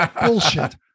bullshit